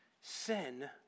sin